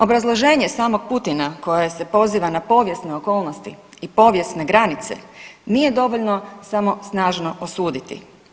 Obrazloženje samog Putina koji se poziva na povijesne okolnosti i povijesne granice nije dovoljno samo snažno osuditi.